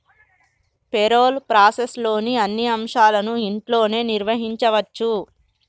payroll ప్రాసెస్లోని అన్ని అంశాలను ఇంట్లోనే నిర్వహించచ్చు